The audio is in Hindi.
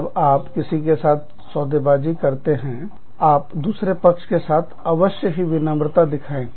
जब आप किसी के साथ सौदेबाजी सौदाकारी करते हैंआपको दूसरे पक्ष के साथ अवश्य ही विनम्रता दिखलाएं